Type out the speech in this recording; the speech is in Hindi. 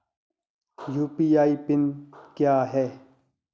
यू.पी.आई पिन क्या है?